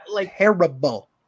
terrible